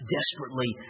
desperately